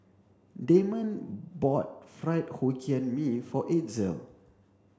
Damon bought fried Hokkien Mee for Itzel